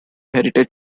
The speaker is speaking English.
heritage